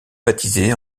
baptisé